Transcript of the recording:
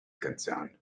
concerned